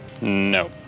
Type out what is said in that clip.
No